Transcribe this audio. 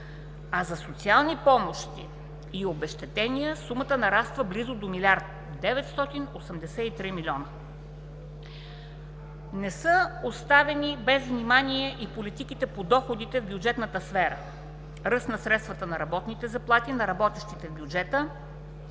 г. За социални помощи и обезщетения сумата нараства близо до 1 млрд. 983 млн. лв. Не са оставени без внимание и политиките по доходите в бюджетната сфера – ръст на средствата на работните заплати на работещите в бюджета